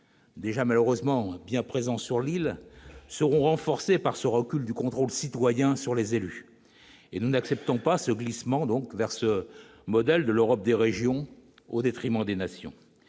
déjà malheureusement bien présent sur l'île, sera renforcé par ce recul du contrôle citoyen sur les élus. Nous n'acceptons pas ce glissement vers le modèle de l'Europe des régions, au détriment des nations.